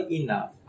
enough